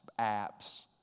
apps